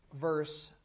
verse